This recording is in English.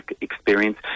experience